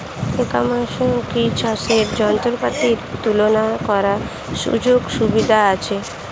ই কমার্সে কি চাষের যন্ত্রপাতি তুলনা করার সুযোগ সুবিধা আছে?